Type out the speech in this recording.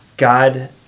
God